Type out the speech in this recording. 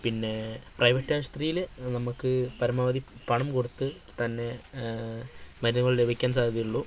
പിന്നെ പ്രൈവറ്റ് ആശുപത്രിയിൽ നമ്മൾക്ക് പരമാവധി പണം കൊടുത്തുതന്നെ മരുന്നുകൾ ലഭിക്കാൻ സാധ്യതയുള്ളു